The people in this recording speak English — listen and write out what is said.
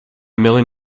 million